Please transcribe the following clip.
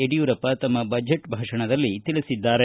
ಯಡಿಯೂರಪ್ಪ ತಮ್ಮ ಬಜೆಟ್ ಭಾಷಣದಲ್ಲಿ ತಿಳಿಸಿದ್ದಾರೆ